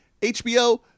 HBO